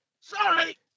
Sorry